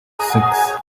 six